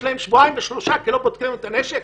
שבועיים או שלושה כי לא בודקים את הנשק